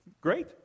Great